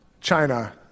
China